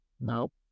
nope